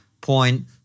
point